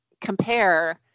compare